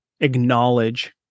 acknowledge